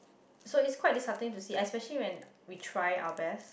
so it's quite did something to see especially when we try our best